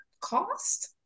cost